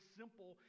simple